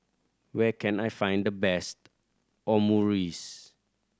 where can I find the best Omurice